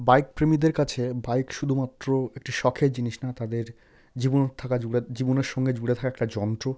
bike প্রেমীদের কাছে bike শুধুমাত্র একটি শখের জিনিস না তাদের জীবন থাকা জুড়ে জীবনের সঙ্গে জুড়ে থাকা একটি যন্ত্র